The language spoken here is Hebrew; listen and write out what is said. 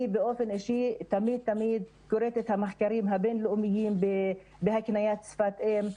אני באופן אישי תמיד קוראת את המחקרים הבינלאומיים בהקניית שפת אם.